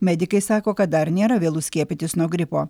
medikai sako kad dar nėra vėlu skiepytis nuo gripo